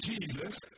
Jesus